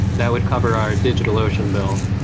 that would cover our digitalocean bill,